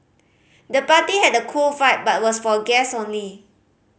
the party had a cool vibe but was for guests only